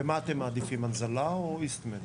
ומה אתם מעדיפים, הנזלה או איסטמד?